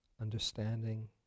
understanding